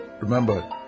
remember